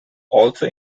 also